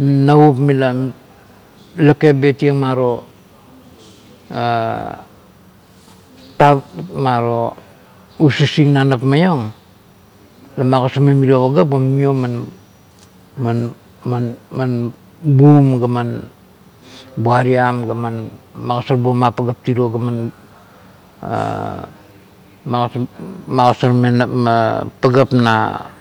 navup mila lake betien maro "ha" "ta" maro usising na nap maiong la magosarmeng ga numio man-man-man bum ga man buariam ga man mmagosar buong marap tiro ga mman "ha" magosar magosarmeng pagap na